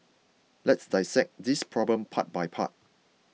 let's dissect this problem part by part